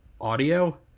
audio